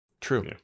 True